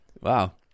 Wow